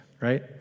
right